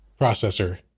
processor